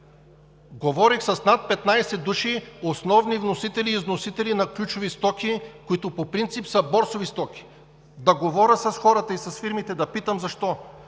Говорих с над 15 души – основни вносители и износители на ключови стоки, които по принцип са борсови стоки. Да говоря с хората и с фирмите – да, питам: защо?